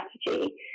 strategy